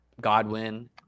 Godwin